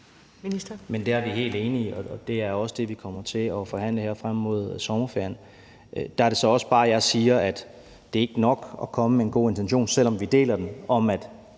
Der er vi helt enige, og det er også det, vi kommer til at forhandle her frem mod sommerferien. Der er det så også bare, jeg siger, at det ikke er nok bare at komme med en god intention, selv om vi deler den, om lige